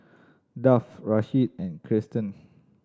Duff Rasheed and Kiersten